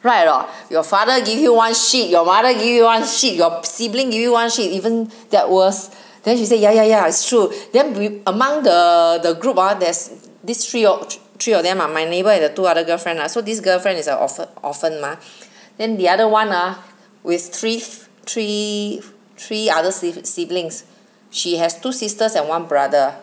right or not your father give you one shit your mother give you one shit your sibling give you one shit even get worse then she she say ya ya ya its true then we among the the group ah there's this three of three of them are my neighbor and the two other girlfriend lah so this girlfriend is a orpha~ orphan mah then the other one ah with three three three other sibli~ siblings she has two sisters and one brother